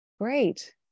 great